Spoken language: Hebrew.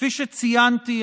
כפי שציינתי,